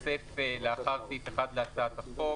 לאחר סעיף 1 להצעת החוק,